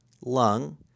lung